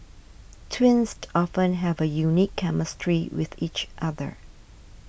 twins often have a unique chemistry with each other